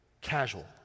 Casual